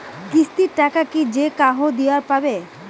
কিস্তির টাকা কি যেকাহো দিবার পাবে?